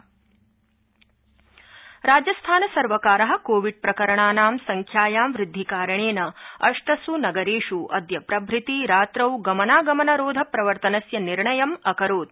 Rajasthan curfew राजस्थानसर्वकार कोविडप्रकरणानां संख्यायाम् वृद्धिकारणेन अष्टस् नगरेष् अद्य प्रभृति रात्रौ गमनागमनरोध प्रवर्तनस्य निर्णयम् अकरोत्